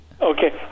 Okay